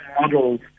models